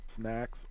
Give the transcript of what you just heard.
snacks